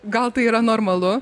gal tai yra normalu